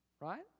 right